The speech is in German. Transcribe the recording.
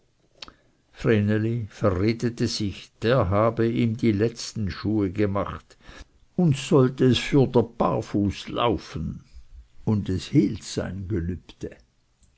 vreneli verredete sich der habe ihm die letzten schuhe gemacht und sollte es fürder barfuß laufen und es hielt sein gelübde